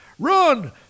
Run